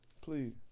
please